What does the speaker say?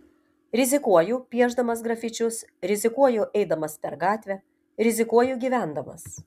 rizikuoju piešdamas grafičius rizikuoju eidamas per gatvę rizikuoju gyvendamas